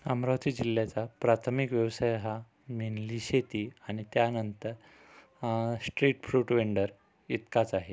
अमरावती जिल्ह्याचा प्राथमिक व्यवसाय हा मेनली शेती आणि त्यानंतर स्ट्रीट फ्रूट वेंडर इतकाच आहे